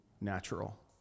Natural